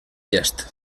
llest